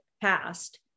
passed